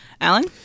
Alan